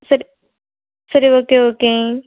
சரி சரி okay okay